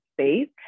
space